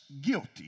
guilty